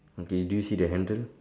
okay do you see the handle